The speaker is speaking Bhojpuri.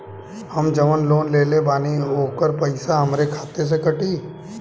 हम जवन लोन लेले बानी होकर पैसा हमरे खाते से कटी?